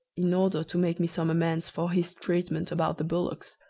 in order to make me some amends for his treatment about the bullocks,